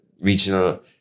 regional